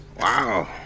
Wow